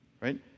Right